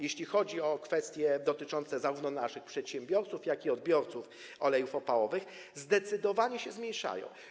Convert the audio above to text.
Jeśli chodzi o kwestie dotyczące zarówno naszych przedsiębiorców, jak i odbiorców olejów opałowych, obciążenia zdecydowanie się zmniejszają.